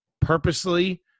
purposely